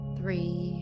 Three